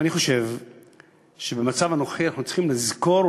אני חושב שבמצב הנוכחי אנחנו צריכים לזכור,